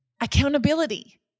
accountability